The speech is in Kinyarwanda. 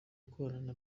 gukorana